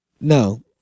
No